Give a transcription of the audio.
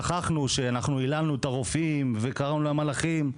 שכחנו שאנחנו היללנו את הרופאים וקראנו להם מלאכים.